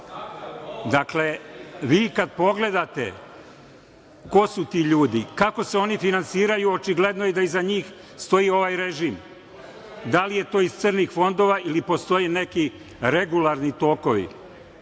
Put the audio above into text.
Dakle, vi kada pogledate ko su ti ljudi, kako se oni finansiraju, očigledno je da iza njih stoji ovaj režim. Da li je to iz crnih fondova ili postoje neki regularni tokovi.